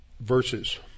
verses